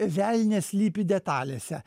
velnias slypi detalėse